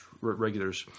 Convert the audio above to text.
regulars